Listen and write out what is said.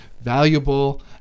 valuable